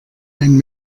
ein